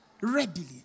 readily